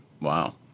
Wow